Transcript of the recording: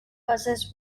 buses